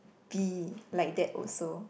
be like that also